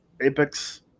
Apex